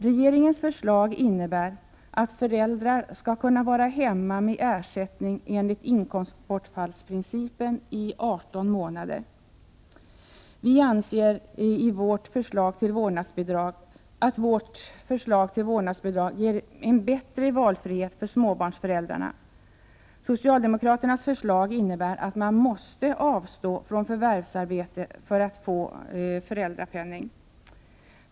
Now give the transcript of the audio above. Regeringens förslag innebär att föräldrar skall kunna vara hemma med ersättning enligt inkomstbortfallsprincipen i 18 månader. Vi anser att vårt förslag om vårdnadsbidrag ger bättre valfrihet för småbarnsföräldrar. Socialdemokraternas förslag innebär att man måste avstå från förvärvsarbete för att få föräldrapenning.